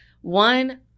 One